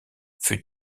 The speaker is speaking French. fut